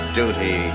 duty